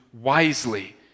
wisely